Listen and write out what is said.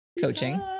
coaching